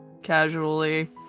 Casually